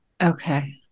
Okay